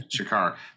Shakar